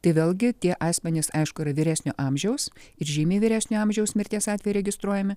tai vėlgi tie asmenys aišku yra vyresnio amžiaus ir žymiai vyresnio amžiaus mirties atvejai registruojami